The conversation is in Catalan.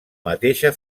mateixa